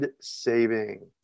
saving